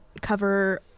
cover